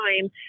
time